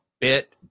bit